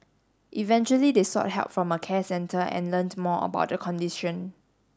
eventually they sought help from a care centre and learnt more about the condition